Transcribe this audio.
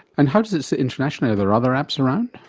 and how does it sit internationally? are there other apps around?